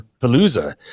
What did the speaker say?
Palooza